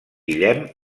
guillem